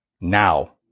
now